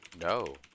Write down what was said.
No